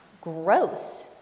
Gross